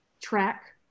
track